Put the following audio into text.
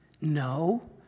No